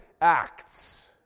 acts